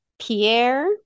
Pierre